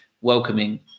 welcoming